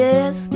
Yes